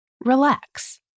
relax